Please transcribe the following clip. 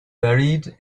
buried